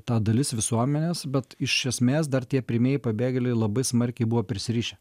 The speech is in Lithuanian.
ta dalis visuomenės bet iš esmės dar tie pirmieji pabėgėliai labai smarkiai buvo prisirišę